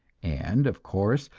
and, of course,